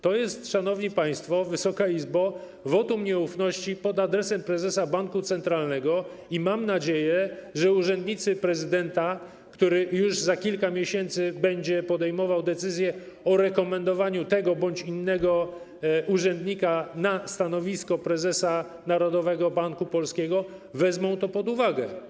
To jest, szanowni państwo, Wysoka Izbo, wotum nieufności pod adresem prezesa Banku Centralnego i mam nadzieję, że urzędnicy prezydenta, który już za kilka miesięcy będzie podejmował decyzję o rekomendowaniu tego bądź innego urzędnika na stanowisko prezesa Narodowego Banku Polskiego, wezmą to pod uwagę.